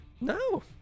No